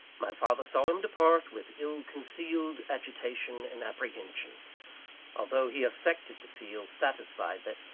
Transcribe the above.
my father saw him depart, with ill-concealed agitation and apprehension although he affected to feel satisfied that,